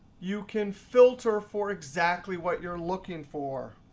you can filter for exactly what you're looking for.